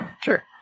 Sure